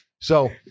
So-